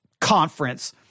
conference